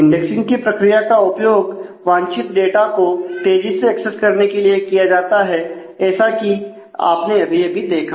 indexing की प्रक्रिया का उपयोग वांछित डांटा को तेजी से एक्सेस करने के लिए किया जाता है ऐसा कि आपने अभी अभी देखा